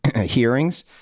hearings